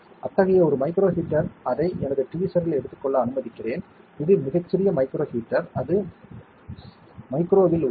அத்தகைய ஒரு micro heater அதை எனது டீவீஸர்ரில் எடுத்துக் கொள்ள அனுமதிக்கிறேன் இது மிகச் சிறிய மைக்ரோ ஹீட்டர் அது மைக்ரோவில் உள்ளது